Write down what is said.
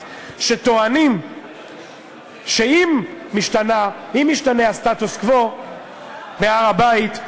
שטוענים שאם משתנה הסטטוס-קוו בהר-הבית,